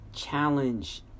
Challenge